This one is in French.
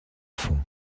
fonds